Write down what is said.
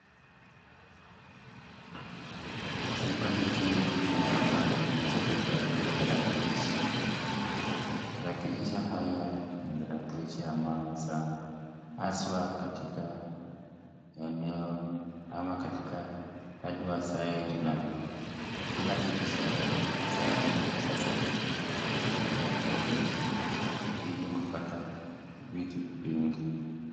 Chumba hiki, ni chumba ambaye imeweza kuhifadhiwa tarakilishi, tarakilishi haya ni tarakilishi ya maana sana haswa katika eneo, ama katika, hadi wa sai, kila kitu sai, sasa hivi, hutumia tarakilishi, ili kupata, vitu vingi.